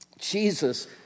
Jesus